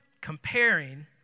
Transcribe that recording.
comparing